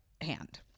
hand